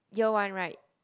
year one right